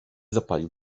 zapalił